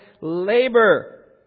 labor